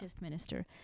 minister